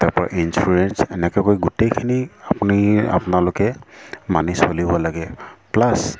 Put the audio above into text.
তাৰপৰা ইঞ্চুৰেঞ্চ এনেকৈ কৰি গোটেইখিনি আপুনি আপোনালোকে মানি চলিব লাগে প্লাছ